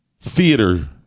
theater